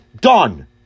done